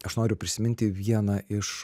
aš noriu prisiminti vieną iš